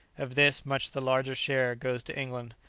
of this, much the larger share goes to england,